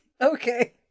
Okay